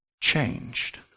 changed